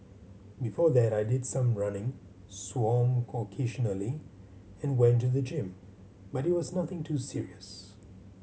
before that I did some running swam occasionally and went to the gym but it was nothing too serious